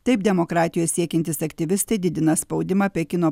taip demokratijos siekiantys aktyvistai didina spaudimą pekino